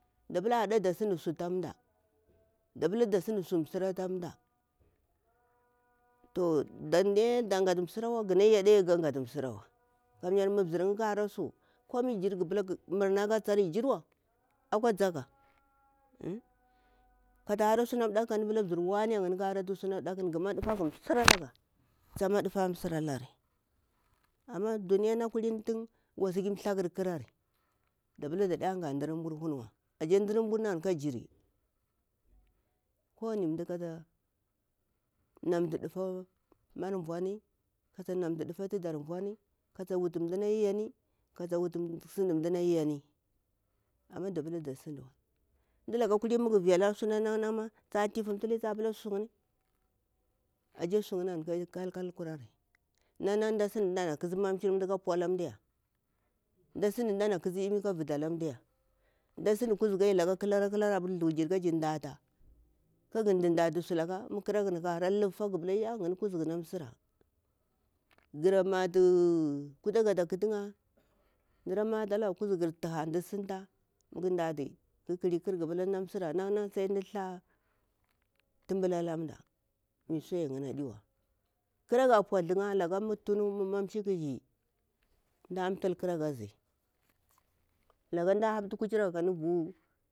Da pula aɗa da sinsu ka tura mda da pula da sinsu msira ta turamda to dantu dadi ghatu msirawa gadi ghatu sinsirawa kamya mi mzir'ya ƙa hara su murna katsari jirwa akwa zaga kala hara suna ɗaku kan mda pula mzir yin tahara suna ɗaku ha ɗafagu msira ga tsama ɗufa msira lari amma duniya na kulmi waski tharƙar ƙarari da pula daɗa ga ɗarimbur wa ɗurumburni ana ka jin koni mda kata namtu ɗufu vuni kata nanfu ɗufa tudar vuni kata vutu mɗana yani kata amma da pila da sinduwa ɗulaka muga vilari suna nan nani tapula tufu tili suyini ashe suyimi anaka kal kal kurari nan na dana sin mdana ƙasi mamshir mda kaɗu pula mda ya mda sinde mɗana ƙisi yimi kamdu pulamdaya mda sinɗu kuzuku laka ƙalara-ƙa laraya kajir ɗahta, kajir ɗuɗahtu sulaka mu kha hara luffa ga pula ƙa hara gara matu kufaga ata ƙatu'ya mda mala laga kuzukur tuha mda sinlil ɗati ƙaliƙar kuzukuni msira nan na sai mda hara tumbul alamda suyarnini adiwa ƙaraga a pautha'ya tun mu mamshi ƙa yi mda tul ƙaraga azi laka mda haptu ku chiraga kan vu.